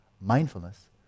Mindfulness